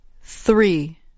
Three